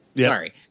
sorry